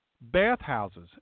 bathhouses